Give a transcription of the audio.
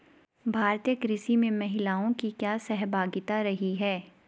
भारतीय कृषि में महिलाओं की क्या सहभागिता रही है?